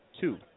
Two